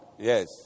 Yes